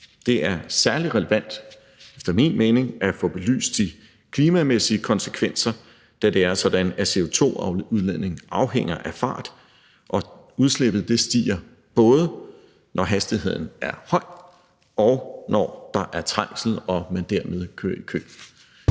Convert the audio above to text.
mening særlig relevant at få belyst de klimamæssige konsekvenser, da det er sådan, at CO2-udledningen afhænger af fart. Og udslippet stiger, både når hastigheden er høj, og når der er trængsel og man dermed kører i kø.